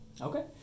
Okay